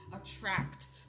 attract